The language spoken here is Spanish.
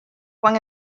juan